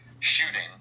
shooting